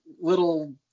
little